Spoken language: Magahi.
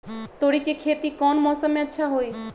तोड़ी के खेती कौन मौसम में अच्छा होई?